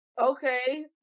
Okay